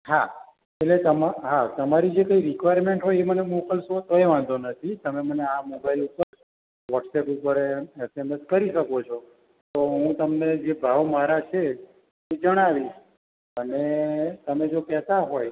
હા એટલે તમ હા તમારી જે કઈ રિક્વાયરમેન્ટ હોય એ મને મોકલશો તોય વાંધો નથી તમે મને આ મોબાઈલ ઉપર વ્હોટ્સઅપ ઉપર એસએમએસ કરી શકો છો તો હું તમને જે ભાવ મારા છે એ જણાવીશ અને તમે જો કહેતા હોય